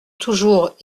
toujours